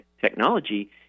technology